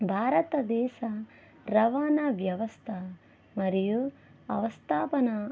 భారతదేశ రవాణా వ్యవస్థ మరియు అవస్థాపన